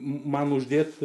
man uždėti